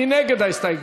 מי נגד ההסתייגות?